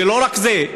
לא רק זה,